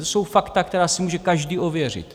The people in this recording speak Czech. To jsou fakta, která si může každý ověřit.